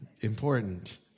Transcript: Important